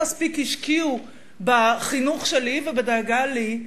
הם מספיק השקיעו בחינוך שלי ובדאגה לי.